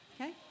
Okay